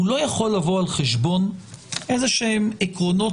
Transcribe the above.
הוא לא יכול לבוא על חשבון איזשהם עקרונות